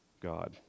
God